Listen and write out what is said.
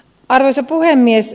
arvoisa puhemies